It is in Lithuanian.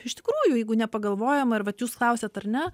iš tikrųjų jeigu nepagalvojama ir vat jūs klausiat ar ne